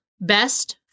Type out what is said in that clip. Best